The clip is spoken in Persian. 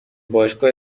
باشگاه